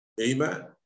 Amen